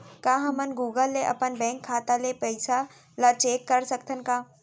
का हमन गूगल ले अपन बैंक खाता के पइसा ला चेक कर सकथन का?